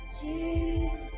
Jesus